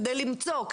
כדי למצוא,